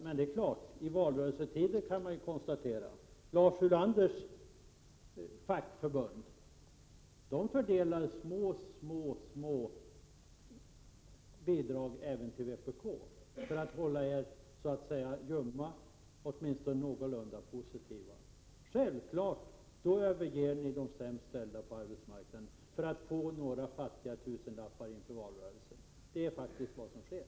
Men vi kan konstatera att Lars Ulanders fackförbund i dessa valrörelsetider fördelar vissa små bidrag även till vpk för att hålla er ljumma och åtminstone någorlunda positiva. Ni överger villigt de sämst ställda på arbetsmarknaden för att få några fattiga tusenlappar inför valrörelsen. Det är faktiskt vad som sker.